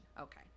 okay